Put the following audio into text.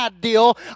deal